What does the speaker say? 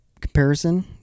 comparison